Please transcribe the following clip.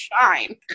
shine